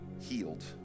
healed